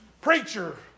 Preacher